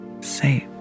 Safe